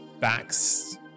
backs